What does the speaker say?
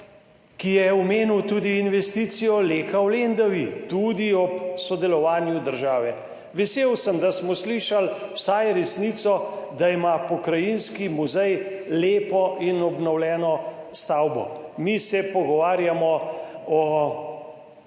ki je omenil tudi investicijo Leka v Lendavi, tudi ob sodelovanju države. Vesel sem, da smo slišali vsaj resnico, da ima Pokrajinski muzej lepo in obnovljeno stavbo. Mi se pogovarjamo o